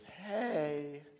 hey